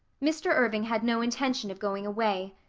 mr. irving had no intention of going away.